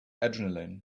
adrenaline